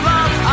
Love